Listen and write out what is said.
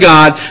God